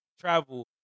travel